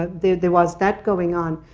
ah there there was that going on.